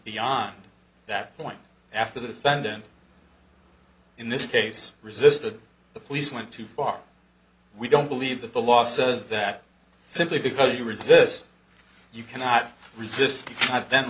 beyond that point after the found and in this case resisted the police went too far we don't believe that the law says that simply because you resist you cannot resist i